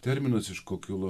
terminas iš ko kilo